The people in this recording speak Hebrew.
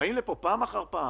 באים לפה פעם אחר פעם,